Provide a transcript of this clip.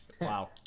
Wow